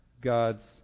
God's